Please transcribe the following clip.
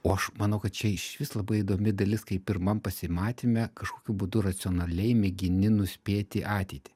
o aš manau kad čia išvis labai įdomi dalis kai pirmam pasimatyme kažkokiu būdu racionaliai mėgini nuspėti ateitį